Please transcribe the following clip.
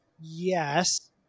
yes